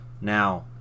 Now